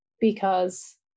because-